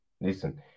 Listen